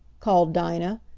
called dinah.